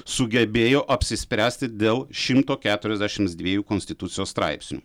sugebėjo apsispręsti dėl šimto keturiasdešimt dvejų konstitucijos straipsnių